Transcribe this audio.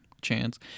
chance